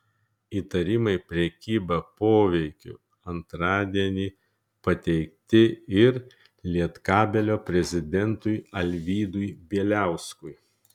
įtarimai prekyba poveikiu antradienį pateikti ir lietkabelio prezidentui alvydui bieliauskui